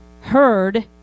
heard